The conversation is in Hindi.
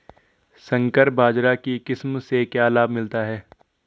संकर बाजरा की किस्म से क्या लाभ मिलता है?